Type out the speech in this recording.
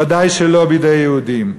ודאי שלא בידי יהודים.